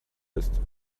ist